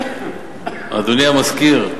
אדוני המזכיר,